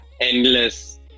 endless